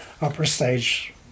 upper-stage –